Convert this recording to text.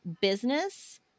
business